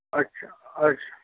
अच्छा अच्छा